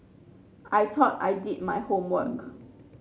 I thought I did my homework